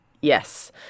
Yes